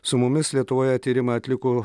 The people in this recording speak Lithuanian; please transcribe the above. su mumis lietuvoje tyrimą atliko